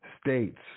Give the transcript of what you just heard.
states